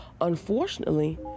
unfortunately